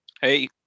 hey